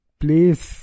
please